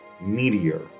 Meteor